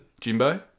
Jimbo